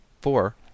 four